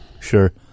Sure